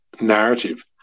narrative